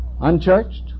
unchurched